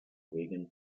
wagon